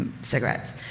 cigarettes